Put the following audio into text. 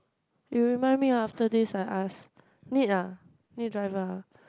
you remind me after this I ask need ah need driver ah